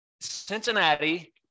Cincinnati